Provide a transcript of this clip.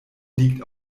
liegt